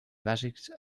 bàsics